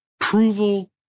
approval